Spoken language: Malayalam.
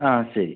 ആ ശരി